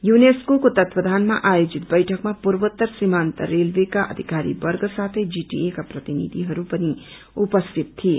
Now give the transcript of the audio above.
यूनेस्कोको ततवावधानमा आयोजित बैठकमा पूर्वोत्तर सिमान्त रेलवेका अधिकारीर्वग साथै जीटीए का प्रतिनिधिहरू पनि उपस्थित थिए